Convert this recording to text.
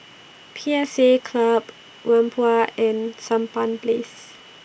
P S A Club Whampoa and Sampan Place